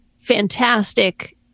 fantastic